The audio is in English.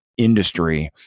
Industry